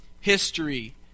history